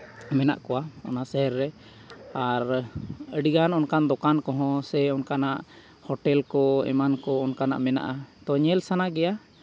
ᱢᱮᱱᱟᱜ ᱠᱚᱣᱟ ᱚᱱᱟ ᱥᱟᱭᱤᱰ ᱨᱮ ᱟᱨ ᱟᱹᱰᱤᱜᱟᱱ ᱚᱱᱠᱟᱱ ᱫᱚᱠᱟᱱ ᱠᱚᱦᱚᱸ ᱥᱮ ᱚᱱᱠᱟᱱᱟᱜ ᱦᱳᱴᱮᱞ ᱠᱚ ᱮᱢᱟᱱ ᱠᱚ ᱚᱱᱠᱟᱱᱟᱜ ᱢᱮᱱᱟᱜᱼᱟ ᱛᱚ ᱧᱮᱞ ᱥᱟᱱᱟ ᱜᱮᱭᱟ